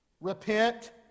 Repent